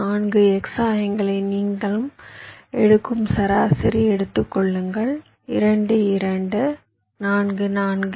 4 x ஆயங்களை நீங்கள் எடுக்கும் சராசரியை எடுத்துக் கொள்ளுங்கள் 2 2 4 4